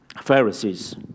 Pharisees